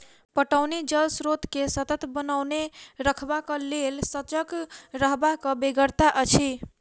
पटौनी जल स्रोत के सतत बनओने रखबाक लेल सजग रहबाक बेगरता अछि